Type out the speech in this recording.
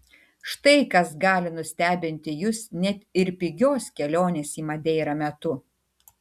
štai kas gali nustebinti jus net ir pigios kelionės į madeirą metu